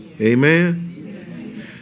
Amen